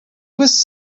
was